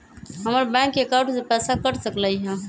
हमर bank account से पैसा कट सकलइ ह?